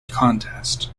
contest